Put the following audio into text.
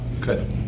good